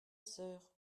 sœur